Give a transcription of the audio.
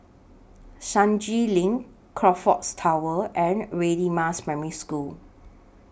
Senja LINK Crockfords Tower and Radin Mas Primary School